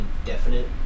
indefinite